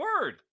word